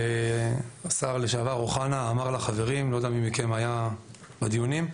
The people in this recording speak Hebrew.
אני לא יודע מי מכם היה בדיונים.